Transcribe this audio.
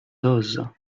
oses